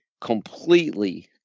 completely